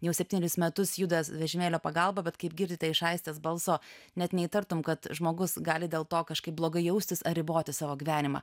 jau septynerius metus juda vežimėlio pagalba bet kaip girdite iš aistės balso net neįtartum kad žmogus gali dėl to kažkaip blogai jaustis ar riboti savo gyvenimą